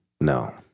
No